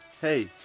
hey